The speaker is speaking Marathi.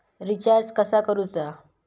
रिचार्ज कसा करूचा?